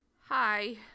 Hi